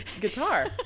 guitar